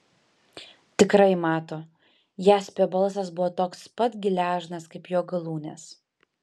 tikrai mato jaspio balsas buvo toks pat gležnas kaip jo galūnės